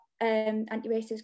anti-racist